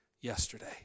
yesterday